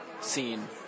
scene